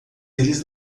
eles